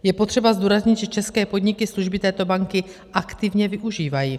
Je potřeba zdůraznit, že české podniky služby této banky aktivně využívají.